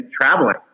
traveling